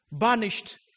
banished